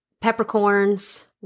peppercorns